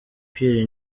pierre